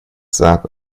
sage